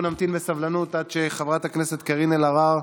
אנחנו נמתין בסבלנות עד שחברת הכנסת קארין אלהרר